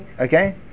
Okay